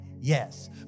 Yes